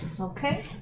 okay